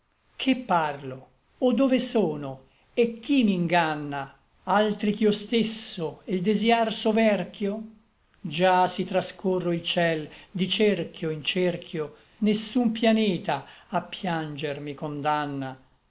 che parlo o dove sono e chi m'inganna altri ch'io stesso e l desïar soverchio già s'i'trascorro il ciel di cerchio in cerchio nessun pianeta a pianger mi condanna